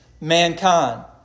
mankind